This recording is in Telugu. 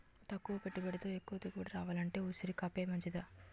తక్కువ పెట్టుబడితో ఎక్కువ దిగుబడి రావాలంటే ఉసిరికాపే మంచిదిరా